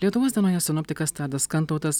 lietuvos dienoje sinoptikas tadas kantautas